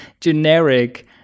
generic